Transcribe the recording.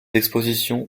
expositions